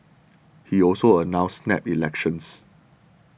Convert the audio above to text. he also announced snap elections